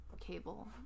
cable